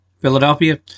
Philadelphia